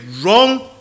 wrong